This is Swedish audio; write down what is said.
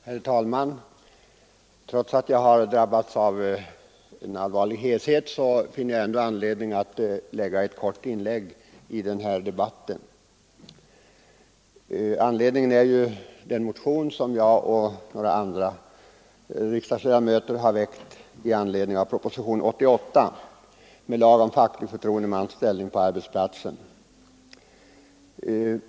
Herr talman! Trots att jag har drabbats av en allvarlig heshet finner jag anledning att göra ett kort inlägg i den här debatten. Anledningen är den motion som jag och några andra riksdagsledamöter har väckt i anledning av propositionen 88 med förslag till lag om facklig förtroendemans ställning på arbetsplatsen.